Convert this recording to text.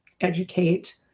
educate